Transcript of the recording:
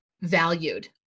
valued